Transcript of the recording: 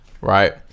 Right